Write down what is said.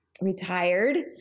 retired